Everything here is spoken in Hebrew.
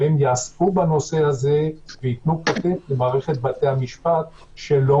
הם יעסקו בנושא הזה ויתנו כתף למערכת בתי המשפט שלא